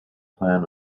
plan